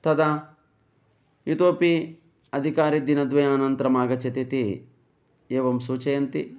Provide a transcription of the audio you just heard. तदा इतोऽपि अधिकारी दिनद्वयानन्तरम् आगच्छतीति एवं सूचयन्ति